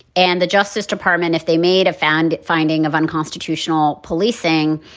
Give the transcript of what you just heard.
and the justice department, if they made a found finding of unconstitutional policing,